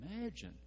imagine